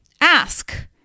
ask